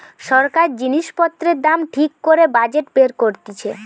সরকার জিনিস পত্রের দাম ঠিক করে বাজেট বের করতিছে